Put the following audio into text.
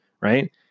Right